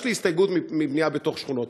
יש לי הסתייגות מבנייה בתוך שכונות.